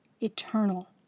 eternal